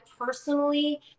personally